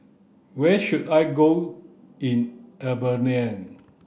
where should I go in Albania